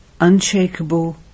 unshakable